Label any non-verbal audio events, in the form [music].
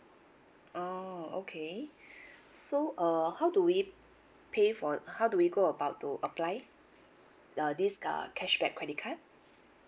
oh okay [breath] so uh how do we pay for how do we go about to apply uh this uh cashback credit card